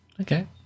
Okay